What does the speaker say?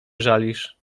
żalisz